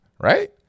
right